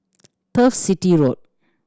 Turf City Road